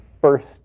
first